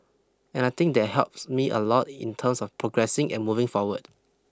and I think that helps me a lot in terms of progressing and moving forward